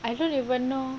I don't even know